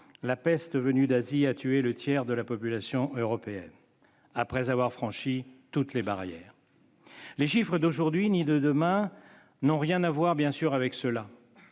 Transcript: la peste venue d'Asie a tué le tiers de la population européenne après avoir franchi toutes les barrières. Les chiffres d'aujourd'hui ou de demain n'ont rien à voir avec cela.